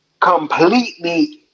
completely